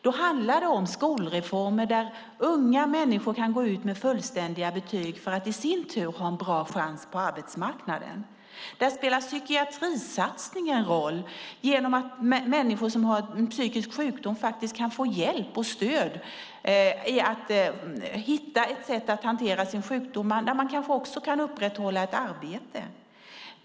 Då handlar det om skolreformer så att unga människor kan gå ut med fullständiga betyg för att ha en bra chans på arbetsmarknaden. Också psykiatrisatsningen spelar en roll genom att människor som har en psykisk sjukdom kan få hjälp och stöd i att hitta ett sätt att hantera sin sjukdom och kanske också kan upprätthålla ett arbete.